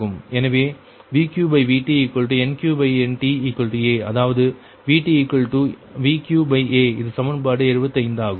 எனவே VqVtNqNta அதாவது VtVqa இது சமன்பாடு 75 ஆகும்